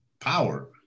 power